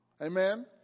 Amen